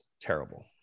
terrible